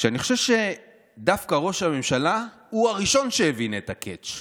אני חושב שדווקא ראש הממשלה הוא הראשון שהבין את ה-catch.